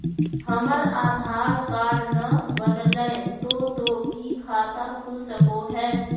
हमर आधार कार्ड न बनलै तो तो की खाता खुल सको है?